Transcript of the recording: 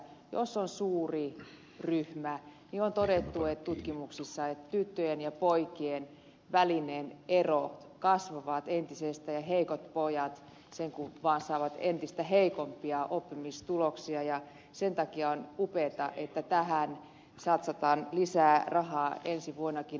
jos on suuri ryhmä niin on todettu tutkimuksissa että tyttöjen ja poikien väliset erot kasvavat entisestään ja heikot pojat sen kun vaan saavat entistä heikompia oppimistuloksia ja sen takia on upeaa että tähän satsataan lisää rahaa ensi vuonnakin